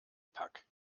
pack